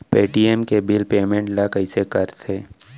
Paytm के bill payment ल कइसे करथे?